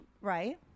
Right